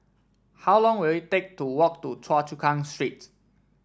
how long will it take to walk to Choa Chu Kang Street